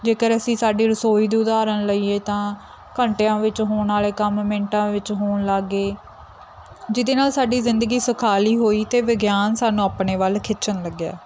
ਜੇਕਰ ਅਸੀਂ ਸਾਡੀ ਰਸੋਈ ਦੀ ਉਦਾਹਰਨ ਲਈਏ ਤਾਂ ਘੰਟਿਆਂ ਵਿੱਚ ਹੋਣ ਆਲੇ ਕੰਮ ਮਿੰਟਾਂ ਵਿੱਚ ਹੋਣ ਲੱਗ ਗਏ ਜਿਹਦੇ ਨਾਲ ਸਾਡੀ ਜ਼ਿੰਦਗੀ ਸੁਖਾਲੀ ਹੋਈ ਤੇ ਵਿਗਿਆਨ ਸਾਨੂੰ ਆਪਣੇ ਵੱਲ ਖਿੱਚਣ ਲੱਗਿਆ